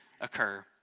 occur